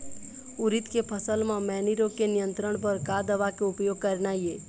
उरीद के फसल म मैनी रोग के नियंत्रण बर का दवा के उपयोग करना ये?